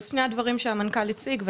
אז שני הדברים שהמנכ"ל הציג,